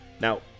Now